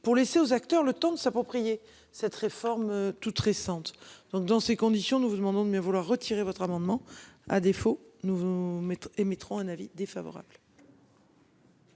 pour laisser aux acteurs le temps de s'approprier cette réforme toute récente donc dans ces conditions nous. Nous demandons de bien vouloir retirer votre amendement. À défaut, nous vous mettons et mettrons un avis défavorable.